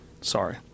Sorry